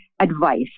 advice